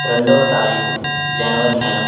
రెండోవ తారీకు జనవరి నెల